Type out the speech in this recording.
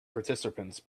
participants